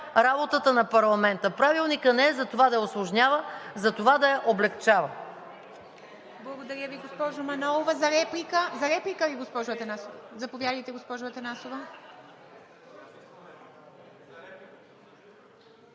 работата на парламента. Правилникът не е за това да я усложнява, а за това да я облекчава.